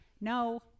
No